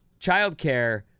childcare